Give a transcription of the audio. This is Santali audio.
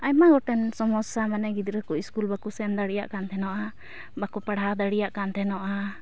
ᱟᱭᱢᱟ ᱜᱚᱴᱮᱱ ᱥᱚᱢᱚᱥᱥᱟ ᱢᱟᱱᱮ ᱜᱤᱫᱽᱨᱟᱹᱠᱚ ᱤᱥᱠᱩᱞ ᱵᱟᱠᱚ ᱥᱮᱱ ᱫᱟᱲᱮᱭᱟᱜ ᱠᱟᱱ ᱛᱟᱦᱮᱱᱚᱜᱼᱟ ᱵᱟᱠᱚ ᱯᱟᱲᱦᱟᱣ ᱫᱟᱲᱮᱭᱟᱜ ᱠᱟᱱ ᱛᱟᱦᱮᱱᱚᱜᱼᱟ